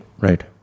Right